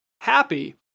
happy